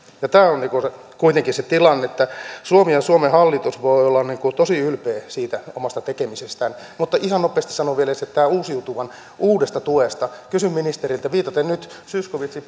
sen tämä on kuitenkin se tilanne että suomi ja suomen hallitus voi olla tosi ylpeä siitä omasta tekemisestään ihan nopeasti sanon vielä sen kysyn ministeriltä tämän uusiutuvan uudesta tuesta viitaten nyt myös zyskowiczin